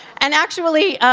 and actually,